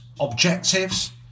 objectives